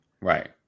Right